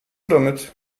damit